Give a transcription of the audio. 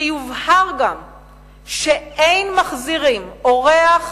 שיובהר גם שאין מחזירים אורח